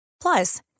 Plus